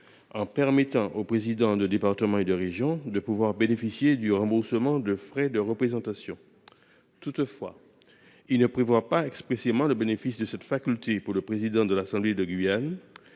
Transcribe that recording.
en permettant aux présidents de département et de région de bénéficier du remboursement des frais de représentation. Toutefois, il ne prévoit pas expressément le bénéfice de cette faculté pour le président de l’assemblée de Guyane,